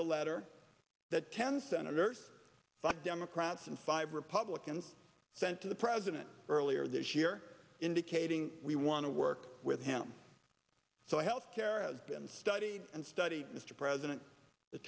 the letter that ten senators democrats and five republicans sent to the president earlier this year indicating we want to work with him so health care and study and study mr president the